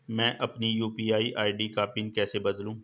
मैं अपनी UPI ID का पिन कैसे बदलूं?